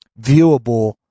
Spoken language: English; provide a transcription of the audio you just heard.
viewable